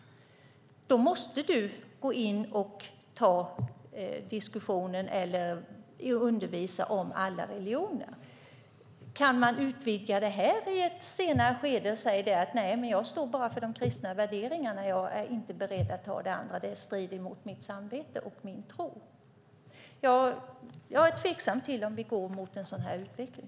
Du måste gå in och ta diskussionen eller undervisa om andra religioner. Frågan är om detta kan utvidgas i ett senare skede så att man kan säga: Nej, jag står bara för de kristna värderingarna. Jag är inte beredd att ta det andra, det strider mot mitt samvete och min tro. Jag är tveksam till om vi går mot en sådan utveckling.